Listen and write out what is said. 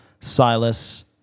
Silas